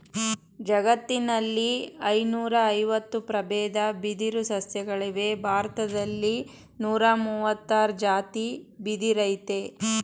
ಜಗತ್ತಿನಲ್ಲಿ ಐನೂರಐವತ್ತು ಪ್ರಬೇದ ಬಿದಿರು ಸಸ್ಯಗಳಿವೆ ಭಾರತ್ದಲ್ಲಿ ನೂರಮುವತ್ತಾರ್ ಜಾತಿ ಬಿದಿರಯ್ತೆ